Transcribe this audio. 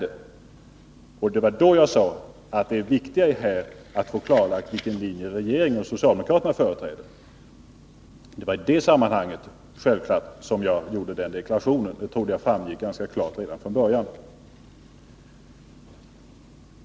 Det var i det sammanhanget jag framhöll att det viktiga här är att få klarlagt vilken linje regeringen och socialdemokraterna företräder. Det trodde jag framgick ganska klart redan från början.